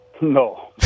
No